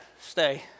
Stay